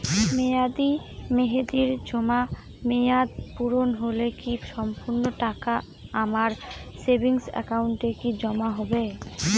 মেয়াদী মেহেদির জমা মেয়াদ পূর্ণ হলে কি সম্পূর্ণ টাকা আমার সেভিংস একাউন্টে কি জমা হবে?